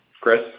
Chris